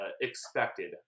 expected